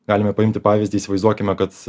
galime paimti pavyzdį įsivaizduokime kad